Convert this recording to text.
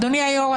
אדוני היושב-ראש,